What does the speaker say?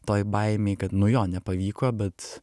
toj baimėj kad nuo jo nepavyko bet